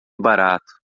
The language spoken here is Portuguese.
barato